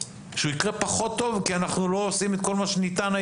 שהוא יקרה פחות טוב כי אנחנו לא עושים היום את כל מה שניתן?